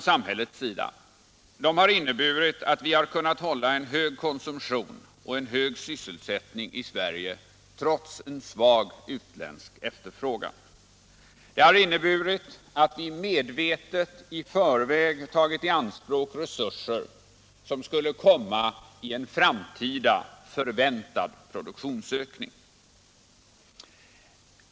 Samhällets åtgärder har inneburit att vi har kunnat hålla en hög konsumtion och en hög sysselsättning i Sverige trots en svag utländsk efterfrågan. Det har inneburit att vi medvetet i förväg tagit i anspråk resurser som skulle komma i en framtida förväntad produktionsökning.